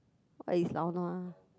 what is lao nua